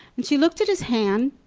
and she looked at his hand,